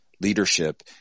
leadership